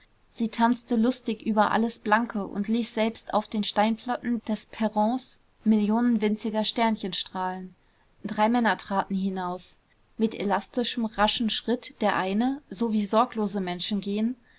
sie tanzte lustig über alles blanke und ließ selbst auf den steinplatten des perrons millionen winziger sternchen strahlen drei männer traten hinaus mit elastischem raschen schritt der eine so wie sorglose menschen gehen